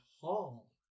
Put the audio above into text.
Hall